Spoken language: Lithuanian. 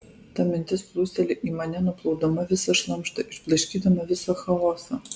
ta mintis plūsteli į mane nuplaudama visą šlamštą išblaškydama visą chaosą